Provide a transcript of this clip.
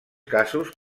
casos